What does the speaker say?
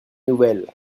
nouvelle